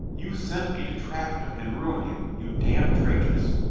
you sent me to trap him and ruin him, you damned traitress!